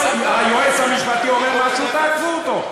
היועץ המשפטי אומר משהו, תעקפו אותו.